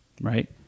right